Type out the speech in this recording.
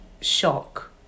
shock